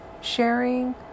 sharing